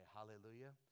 Hallelujah